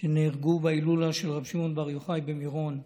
נהרגו בהילולה של רבי שמעון בר יוחאי במירון.